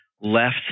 left